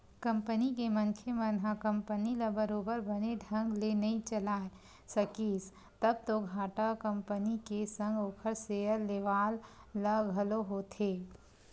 company के मनखे मन ह कंपनी ल बरोबर बने ढंग ले नइ चलाय सकिस तब तो घाटा कंपनी के संग ओखर सेयर लेवाल ल घलो होथे